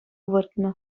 выртнӑ